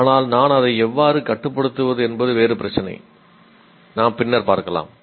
ஆனால் அதை நான் எவ்வாறு கட்டுப்படுத்துவது என்பது வேறு பிரச்சினை நாம் பின்னர் பார்க்கலாம்